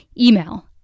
Email